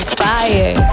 fire